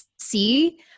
see